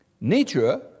Nature